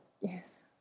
Yes